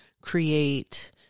create